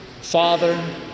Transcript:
Father